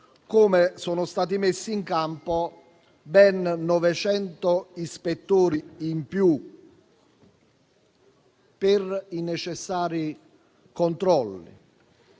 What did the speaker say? come sono stati messi in campo ben 900 ispettori in più per i necessari controlli.